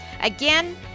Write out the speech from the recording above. Again